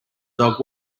dog